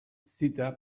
zita